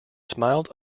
smiled